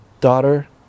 daughter